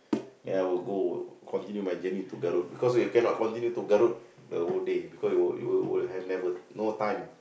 ya we'll go continue my journey to Garut because we cannot continue to Garut the whole day because it will it will it will have never no time